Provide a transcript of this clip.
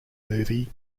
movie